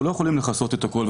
אנחנו לא יכולים לכסות הכול,